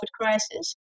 crisis